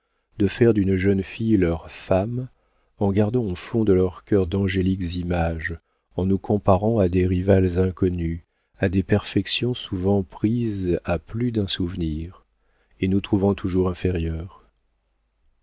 de faire d'une jeune fille leur femme en gardant au fond de leurs cœurs d'angéliques images en nous comparant à des rivales inconnues à des perfections souvent prises à plus d'un souvenir et nous trouvant toujours inférieures